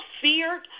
feared